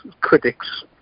critics